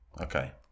Okay